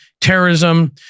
terrorism